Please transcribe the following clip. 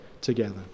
together